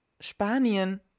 Spanien